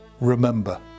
remember